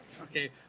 okay